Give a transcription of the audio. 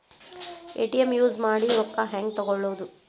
ATM use ಮಾಡಿ ರೊಕ್ಕ ಹೆಂಗೆ ತಕ್ಕೊಳೋದು?